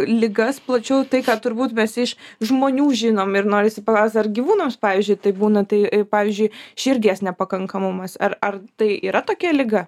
ligas plačiau tai ką turbūt visi iš žmonių žinom ir norisi paklaust ar gyvūnams pavyzdžiui taip būna tai pavyzdžiui širdies nepakankamumas ar ar tai yra tokia liga